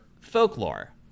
folklore